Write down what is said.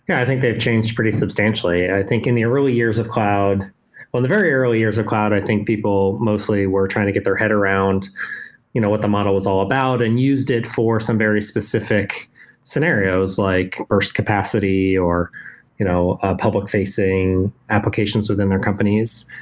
yeah i think they've changed pretty substantially. i think in the early years of cloud on the early years of cloud, i think people mostly were trying to get their head around you know what the model is all about and used it for some very specific scenarios, like burst capacity or you know ah public facing applications within their companies.